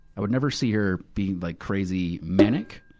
i would never see her be like crazy manic.